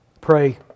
pray